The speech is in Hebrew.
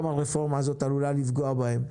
הרפורמה הזאת עלולה גם לפגוע בהם.